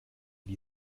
die